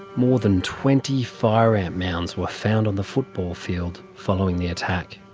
more than twenty fire ant mounds were found on the football field following the attack.